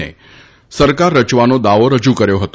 અને તેમણે સરકાર રચવાનો દાવો રજૂ કર્યો હતો